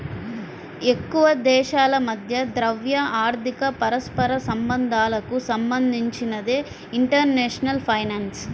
ఎక్కువదేశాల మధ్య ద్రవ్య, ఆర్థిక పరస్పర సంబంధాలకు సంబంధించినదే ఇంటర్నేషనల్ ఫైనాన్స్